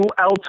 else